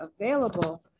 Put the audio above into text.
available